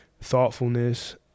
thoughtfulness